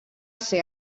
ser